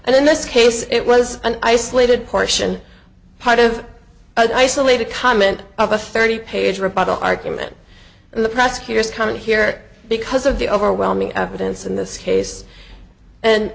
and in this case it was an isolated portion of an isolated comment of a thirty page rebuttal argument and the prosecutor is coming here because of the overwhelming evidence in this case and